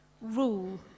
rule